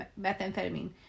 methamphetamine